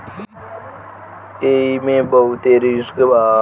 एईमे बहुते रिस्क बा